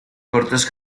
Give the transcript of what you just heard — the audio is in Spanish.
cortos